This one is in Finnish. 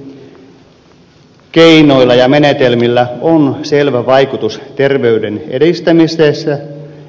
taiteella ja kulttuurin keinoilla ja menetelmillä on selvä vaikutus terveyden edistämisessä